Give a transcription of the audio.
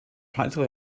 practically